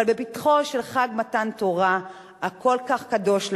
אבל בפתחו של חג מתן תורה, הכל-כך קדוש לנו,